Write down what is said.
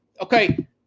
okay